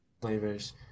flavors